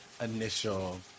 initial